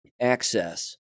access